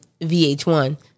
VH1